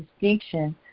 distinction